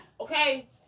okay